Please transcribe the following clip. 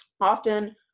often